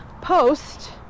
post